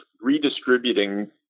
redistributing